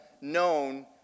known